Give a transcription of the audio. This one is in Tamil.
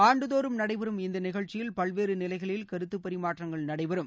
ஆண்டுதோறும் நடைபெறும் இந்த நிகழச்சியில் பல்வேறு நிலைகளில் கருத்துப் பரிமாற்றங்கள் நடைபெறும்